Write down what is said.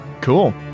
Cool